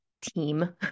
team